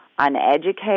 uneducated